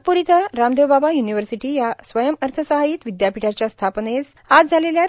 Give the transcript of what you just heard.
नागपूर इथ रामदेवबाबा य्निव्हर्सिटी या स्वयंअर्थसहाय्यित विद्यापीठाच्या स्थापनेस